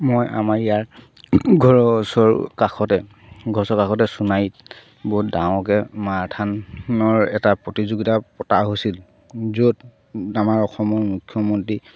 মই আমাৰ ইয়াৰ ঘৰওৰ কাষতে ঘৰচৰ কাষতে সোণাৰীত বহুত ডাঙৰকে মাৰথানৰ এটা প্ৰতিযোগিতা পতা হৈছিল য'ত আমাৰ অসমৰ মুখ্যমন্ত্ৰী